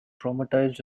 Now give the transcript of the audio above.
traumatized